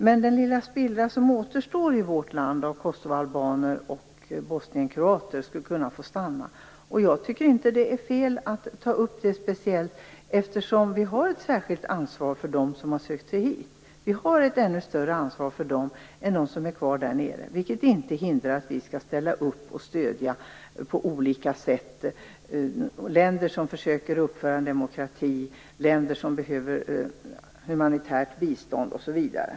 Men den lilla spillra som återstår i vårt land av kosovoalbaner och bosnienkroater tycker vi skulle kunna få stanna. Jag tycker inte att det är fel att ta upp det speciellt, eftersom vi har ett särskilt ansvar för dem som har sökt sig hit. Vi har ett ännu större ansvar för dem än för dem som är kvar där nere, vilket inte hindrar att vi på olika sätt skall ställa upp och stödja länder som försöker införa demokrati och länder som behöver humanitärt bistånd osv.